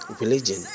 religion